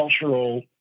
cultural